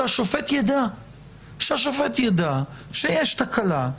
שהשופט ידע שיש תקלה,